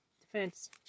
Defense